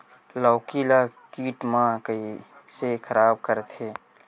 लौकी ला कीट मन कइसे खराब करथे?